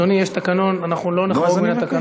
אדוני, יש תקנון, ואנחנו לא נחרוג מהתקנון.